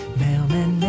mailman